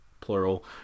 plural